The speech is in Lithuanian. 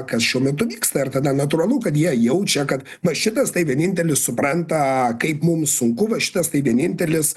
kas šiuo metu vyksta ir tada natūralu kad jie jaučia kad va šitas tai vienintelis supranta kaip mums sunku va šitas tai vienintelis